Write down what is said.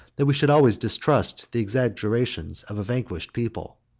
that we should always distrust the exaggerations of a vanquished people.